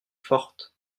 fortes